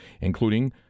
including